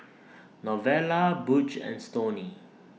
Novella Butch and Stoney